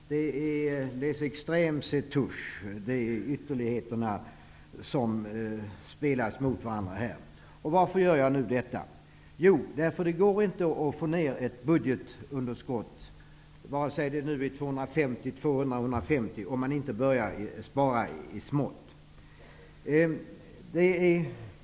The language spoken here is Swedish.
Les extre mes se touchent -- det är ytterligheterna som spelas mot varandra. Varför gör jag detta nu? Jo, därför att det inte går att få ned ett budgetunderskott, vare sig det är 200 eller 250 miljarder, om man inte börjar spara i smått.